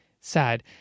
sad